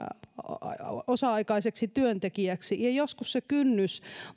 osa aikaiseksi työntekijäksi ja joskus se kynnys